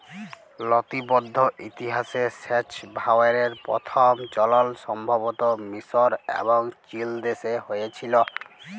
লতিবদ্ধ ইতিহাসে সেঁচ ভাঁয়রের পথম চলল সম্ভবত মিসর এবং চিলদেশে হঁয়েছিল